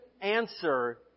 answer